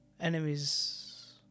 enemies